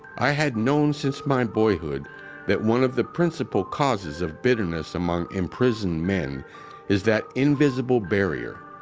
i had known since my boyhood that one of the principal causes of bitterness among imprisoned men is that invisible barrier,